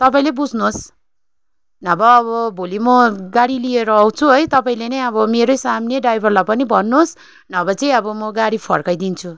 तपाईँले बुझ्नुहोस् नभए म भोलि म गाडी लिएर आउँछु है तपाईँले नै अब मेरै सामुन्ने ड्राइभरलाई पनि भन्नुहोस् नभए चाहिँ अब म गाडी फर्काइदिन्छु